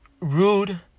Rude